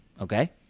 Okay